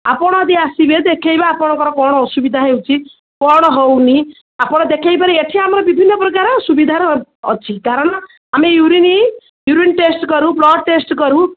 ଆପଣ ଯଦି ଆସିବେ ଦେଖେଇବେ ଆପଣଙ୍କର କ'ଣ ଅସୁବିଧା ହେଉଛି କ'ଣ ହେଉନି ଆପଣ ଦେଖାଇ ପାରିବେ ଏଠି ଆମର ବିଭିନ୍ନ ପ୍ରକାର ସୁବିଧାର ଅଛି କାରଣ ଆମେ ୟୁରିନ୍ ୟୁରିନ୍ ଟେଷ୍ଟ୍ କରୁ ବ୍ଲଡ଼୍ ଟେଷ୍ଟ୍ କରୁ